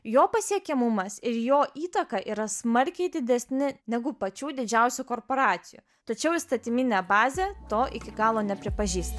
jo pasiekiamumas ir jo įtaka yra smarkiai didesni negu pačių didžiausių korporacijų tačiau įstatyminė bazė to iki galo nepripažįsta